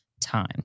time